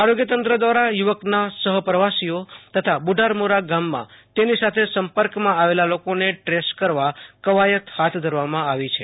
આરોગ્ય તંત્ર દ્રારા યુ વકના સહપ્રવાસીઓ તથા બુઢારમોરા ગામમાં તેનીસાથે સંપર્કમાં આવેલા લોકોને ટ્રેસ કરવા કવાયત હાથ ધરવામાં આવી છે